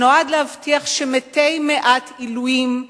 שנועד להבטיח שמתי-מעט, עילויים,